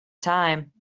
time